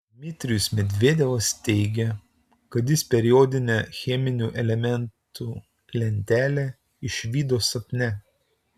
dmitrijus mendelejevas teigė kad jis periodinę cheminių elementų lentelę išvydo sapne